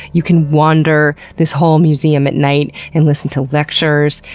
you can wander this whole museum at night and listen to lectures,